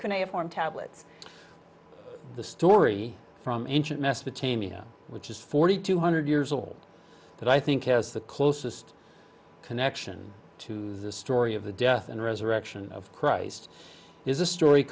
have formed tablets the story from ancient mesopotamia which is forty two hundred years old that i think has the closest connection to the story of the death and resurrection of christ is a story